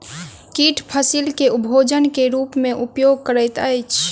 कीट फसील के भोजन के रूप में उपयोग करैत अछि